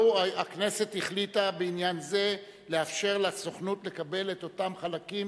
הכנסת החליטה בעניין זה לאפשר לסוכנות לקבל את אותם חלקים,